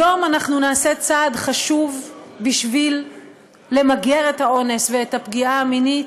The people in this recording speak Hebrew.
היום נעשה צעד חשוב בשביל למגר את האונס ואת הפגיעה המינית,